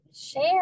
Share